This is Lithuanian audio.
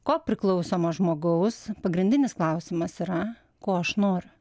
kopriklausomo žmogaus pagrindinis klausimas yra ko aš noriu